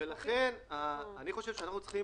שאנחנו צריכים